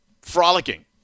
frolicking